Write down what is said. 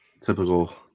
typical